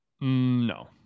No